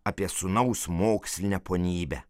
apie sūnaus mokslinę ponybę